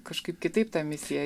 kažkaip kitaip tą misiją